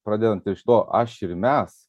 pradedant iš to aš ir mes